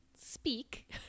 speak